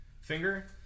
finger